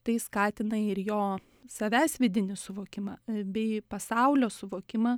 tai skatina ir jo savęs vidinį suvokimą bei pasaulio suvokimą